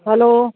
hello